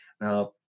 Now